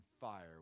fire